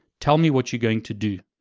tell me what you're going to do.